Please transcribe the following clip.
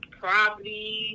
property